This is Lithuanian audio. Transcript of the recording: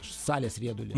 salės riedulį